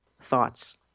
thoughts